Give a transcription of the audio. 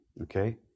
Okay